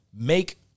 make